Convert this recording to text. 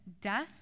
death